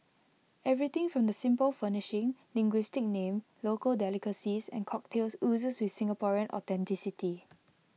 everything from the simple furnishing linguistic name local delicacies and cocktails oozes with Singaporean authenticity